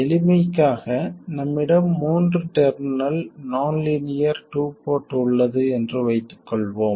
எளிமைக்காக நம்மிடம் மூன்று terminal non linear two port உள்ளது என்று வைத்துக்கொள்வோம்